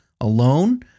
alone